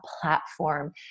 platform